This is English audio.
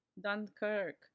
Dunkirk